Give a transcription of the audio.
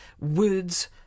words